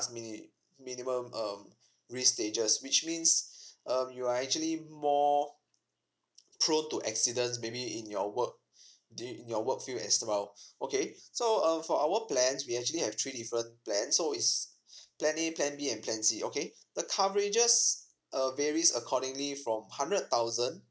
mini minimum um risk stages which means um you are actually more prone to accidents maybe in your work d~ in your work field as well okay so um for our plans we actually have three different plans so is plan A plan B and plan C okay the coverages uh varies accordingly from hundred thousand